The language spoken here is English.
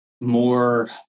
more